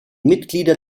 mitglieder